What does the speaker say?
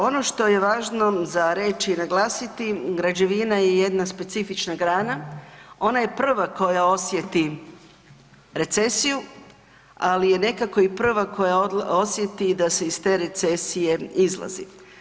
Ono što je važno za reći i naglasiti, građevina je jedna specifična grana, ona je prva koja osjeti recesiju, ali je nekako i prva koja osjeti i da se iz te recesije izlazi.